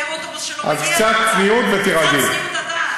לאוטובוס שלא מגיע בכלל.